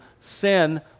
sin